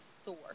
Thor